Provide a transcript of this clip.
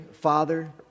Father